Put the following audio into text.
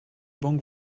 banques